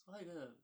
so 他有一个